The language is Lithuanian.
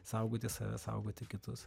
saugoti save saugoti kitus